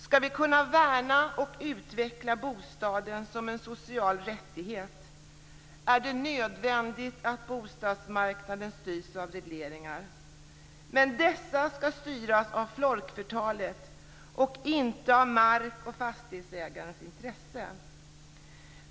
Skall vi kunna värna och utveckla bostaden som en social rättighet är det nödvändigt att bostadsmarknaden styrs av regleringar. Dessa skall styras av folkflertalet och inte av mark och fastighetsägarens intresse.